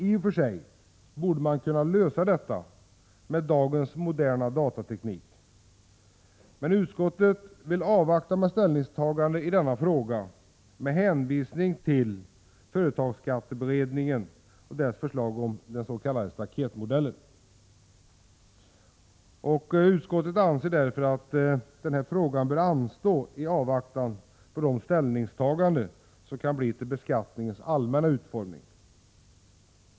I och för sig borde man kunna lösa detta med dagens moderna datateknik, men utskottet vill avvakta med ställningstagande i denna fråga med hänvisning till företagsskatteberedningen och dess förslag om den s.k. staketmodellen. Utskottet anser därför att den här frågan bör anstå i avvaktan på ställningstagande till beskattningens allmänna utformning.